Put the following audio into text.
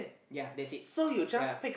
ya that's it ya